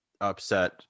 upset